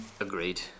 Agreed